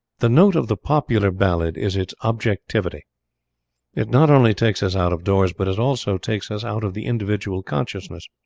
the note of the popular ballad is its objectivity it not only takes us out of doors, but it also takes us out of the individual consciousness.